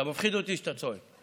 אתה מפחיד אותי כשאתה צועק.